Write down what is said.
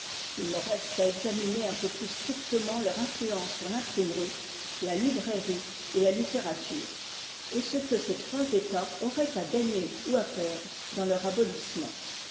il me reste à examiner un peu plus strictement leur influence sur l'imprimerie la librairie et la littérature et ce que ces trois états auraient à gagner ou à perdre dans leur